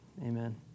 Amen